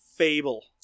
fable